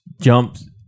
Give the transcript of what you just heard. jumps